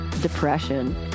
depression